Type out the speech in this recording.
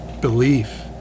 belief